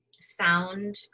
sound